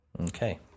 Okay